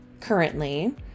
currently